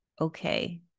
okay